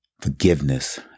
forgiveness